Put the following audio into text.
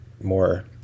more